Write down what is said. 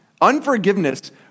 Unforgiveness